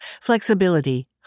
Flexibility